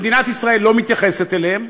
ומדינת ישראל לא מתייחסת אליהם.